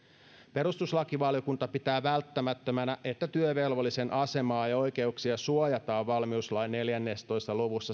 perustuslakivaliokunta pitää välttämättömänä että työvelvollisen asemaa ja oikeuksia suojataan valmiuslain neljässätoista luvussa